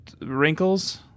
wrinkles